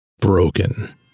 Broken